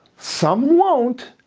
some won't,